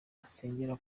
asengera